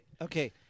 okay